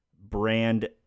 brand